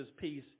peace